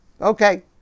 Okay